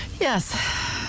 Yes